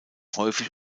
häufig